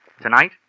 Tonight